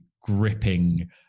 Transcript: gripping